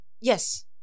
yes